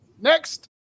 next